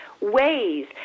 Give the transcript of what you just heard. ways